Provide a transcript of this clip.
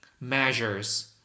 measures